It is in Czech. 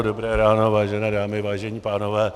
Dobré ráno, vážené dámy, vážení pánové.